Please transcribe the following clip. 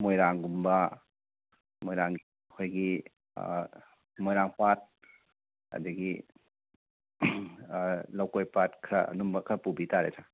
ꯃꯣꯏꯔꯥꯡꯒꯨꯝꯕ ꯃꯣꯏꯔꯥꯡ ꯑꯩꯈꯣꯏꯒꯤ ꯃꯣꯏꯔꯥꯡ ꯄꯥꯠ ꯑꯗꯒꯤ ꯂꯧꯀꯣꯏ ꯄꯥꯠ ꯈꯔ ꯑꯗꯨꯝꯕ ꯈꯔ ꯄꯨꯕꯤꯇꯥꯔꯦ